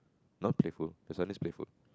no playful it's only playful